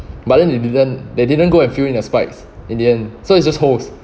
but then they didn't they didn't go and fill in the spikes in the end so it's just holes